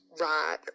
Right